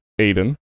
Aiden